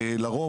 לרוב,